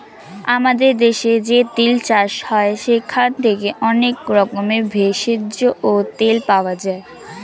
আমাদের দেশে যে তিল চাষ হয় সেখান থেকে অনেক রকমের ভেষজ ও তেল পাওয়া যায়